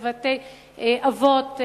לבתי-אבות,